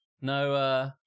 No